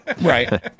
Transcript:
right